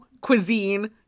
cuisine